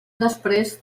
després